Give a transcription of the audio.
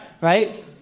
right